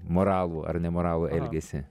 moralų ar nemoralų elgesį